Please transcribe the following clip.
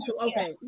okay